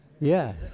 Yes